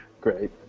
Great